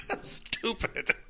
Stupid